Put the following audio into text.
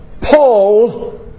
Paul